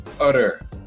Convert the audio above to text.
utter